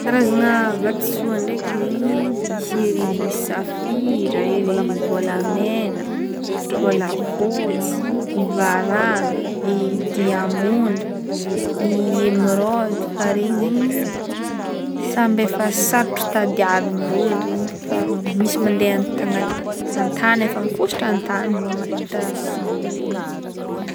Karazagna vatosoa ndraiky zegny misy ery safira, ery vôlamena, vôlafotsy, ny varahagna, ny diamondra, ny emerode fa regny zegny samby efa sarotry tadiaviny daholy regny efa misy mande agnat-antany efa mifosotra antany vo mahita regny.